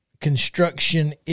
construction